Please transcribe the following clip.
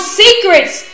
secrets